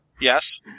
Yes